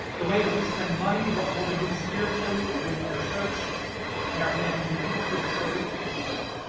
the way that we spend money, what but we do spiritually with our church and our family, do people feel safe and secure?